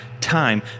time